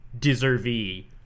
deservee